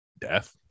death